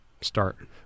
start